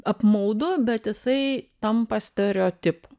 apmaudu bet jisai tampa stereotipu